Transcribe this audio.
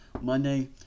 Monday